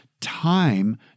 time